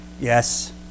Yes